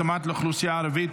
התאמות לאוכלוסייה הערבית,